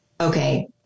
okay